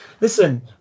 Listen